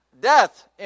death